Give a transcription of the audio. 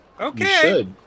Okay